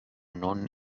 non